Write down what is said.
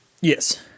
Yes